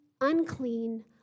unclean